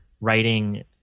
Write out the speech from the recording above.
writing